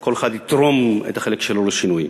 שכל אחד יתרום את החלק שלו לשינוי.